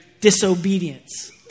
disobedience